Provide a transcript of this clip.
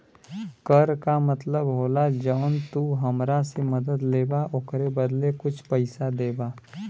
कर का मतलब होला जौन तू हमरा से मदद लेबा ओकरे बदले कुछ पइसा देबा